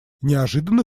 неожиданно